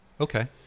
okay